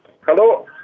Hello